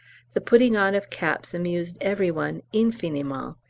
the putting on of caps amused every one infiniment,